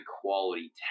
quality